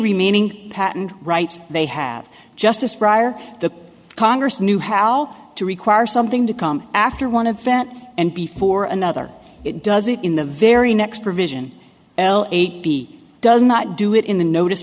remaining patent rights they have justice prior the congress knew how to require something to come after one a vent and before another it does it in the very next provision eight b does not do it in the notice